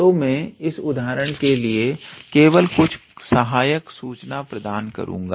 तो मैं इस उदाहरण के लिए केवल कुछ सहायक सूचना प्रदान करूंगा